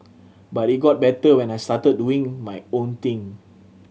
but it got better when I started doing my own thing